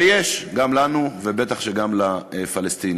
ויש, גם לנו, ובטח שגם לפלסטינים.